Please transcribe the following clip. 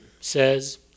says